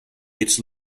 its